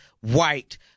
white